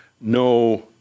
no